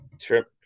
Sure